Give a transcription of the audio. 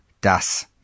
das